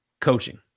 coaching